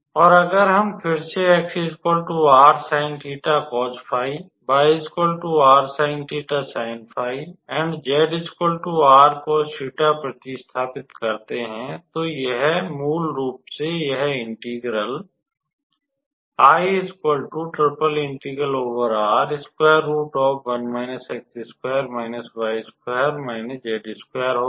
और अगर हम फिर से 𝑥 𝑟𝑠𝑖𝑛𝜃𝑐𝑜𝑠𝜑𝑦 𝑟𝑠𝑖𝑛𝜃𝑠𝑖𝑛𝜑 𝑧 𝑟𝑐𝑜𝑠𝜃 प्रतिस्थापित करते हैं तो यह मूल रूप से यह इंटेग्रल होगा